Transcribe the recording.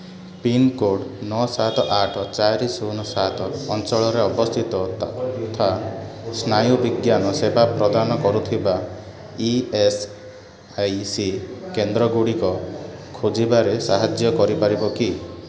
pincode ନଅ ସାତ ଆଠ ଚାରି ଶୂନ ସାତ ଅଞ୍ଚଳରେ ଅବସ୍ଥିତ ତଥା ସ୍ନାୟୁବିଜ୍ଞାନ ସେବା ପ୍ରଦାନ କରୁଥିବା ଇ ଏସ୍ ଆଇ ସି କେନ୍ଦ୍ରଗୁଡ଼ିକ ଖୋଜିବାରେ ସାହାଯ୍ୟ କରିପାରିବ କି